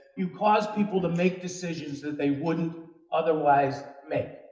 you cause people to make decisions that they wouldn't otherwise make.